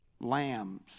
lambs